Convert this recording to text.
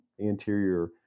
anterior